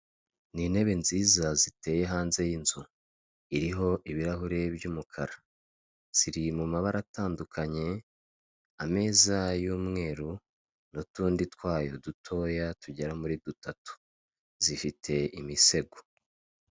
Ni intebe nziza ziteye hanze y'inzu iriho ibirahuri by'umukara, ziri mu mabara atandukanye, ameza y'umweru n'utundi twayo dutoya tugera muri dutatu, zifite imisego.